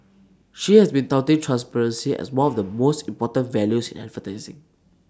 she has been touting transparency as one of the most important values in advertising